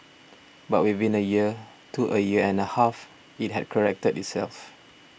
but within a year to a year and a half it had corrected itself